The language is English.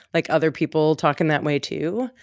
like, other people talking that way to